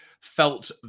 felt